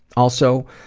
also,